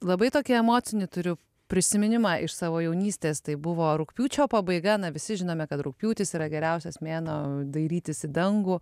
labai tokį emocinį turiu prisiminimą iš savo jaunystės tai buvo rugpjūčio pabaiga na visi žinome kad rugpjūtis yra geriausias mėnuo dairytis į dangų